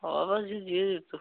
ହ ବା ଯିଏ ହୋଇଥାଉ